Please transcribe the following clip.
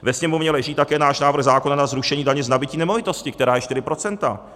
Ve Sněmovně leží také náš návrh zákona na zrušení daně z nabytí nemovitosti, která je 4 %.